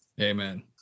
Amen